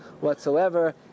whatsoever